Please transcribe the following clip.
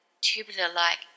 tubular-like